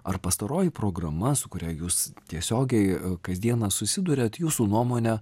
ar pastaroji programa su kuria jūs tiesiogiai kas dieną susiduriat jūsų nuomone